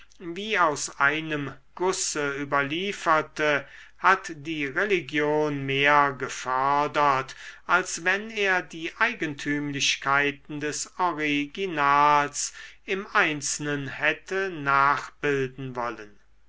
wie aus einem gusse überlieferte hat die religion mehr gefördert als wenn er die eigentümlichkeiten des originals im einzelnen hätte nachbilden wollen